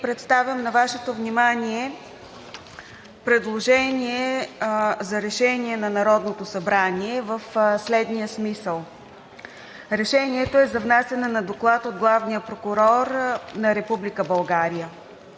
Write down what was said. представям на Вашето внимание предложение за решение на Народното събрание в следния смисъл: „Проект! РЕШЕНИЕ за внасяне на доклад от Главния прокурор на Република